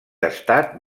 estat